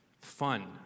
fun